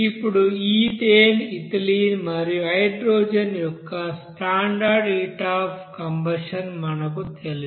ఇప్పుడు ethane ethylene మరియు hydrogen యొక్క స్టాండర్డ్ హీట్ అఫ్ కంబషన్ మనకు తెలుసు